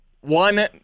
One